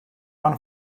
one